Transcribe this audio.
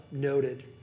noted